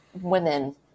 women